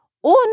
und